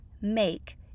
make